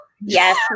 yes